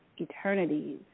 eternities